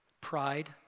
Pride